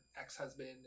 ex-husband